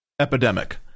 epidemic